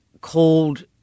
called